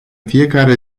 fiecare